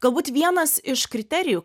galbūt vienas iš kriterijų